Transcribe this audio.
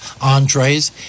entrees